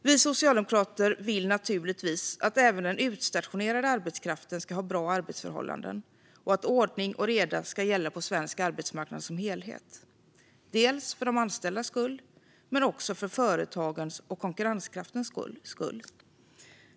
Vi socialdemokrater vill naturligtvis att även den utstationerade arbetskraften ska ha bra arbetsförhållanden och att ordning och reda ska gälla på svensk arbetsmarknad som helhet, dels för de anställdas skull, dels för företagens och konkurrenskraftens skull.